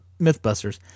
MythBusters